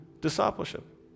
discipleship